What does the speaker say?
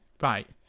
right